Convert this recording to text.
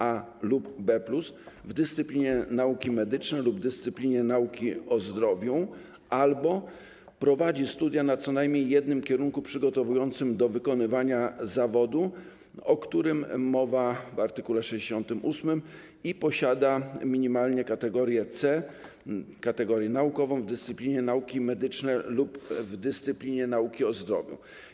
A lub B+ w dyscyplinie nauki medyczne lub dyscyplinie nauki o zdrowiu albo prowadzi studia na co najmniej jednym kierunku przygotowującym do wykonywania zawodów, o których mowa w art. 68, i posiada minimalnie kategorię naukową C w dyscyplinie nauki medyczne lub w dyscyplinie nauki o zdrowiu.